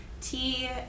tea